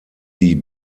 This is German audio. die